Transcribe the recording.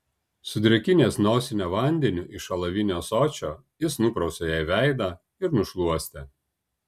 sudrėkinęs nosinę vandeniu iš alavinio ąsočio jis nuprausė jai veidą ir nušluostė